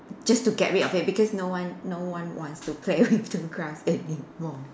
just to get rid of it because no one no ones wants to play with the grass anymore